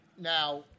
Now